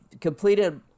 completed